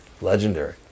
legendary